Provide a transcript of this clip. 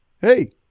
Hey